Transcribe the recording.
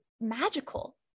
magical